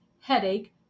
headache